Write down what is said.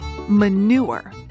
Manure